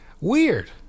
weird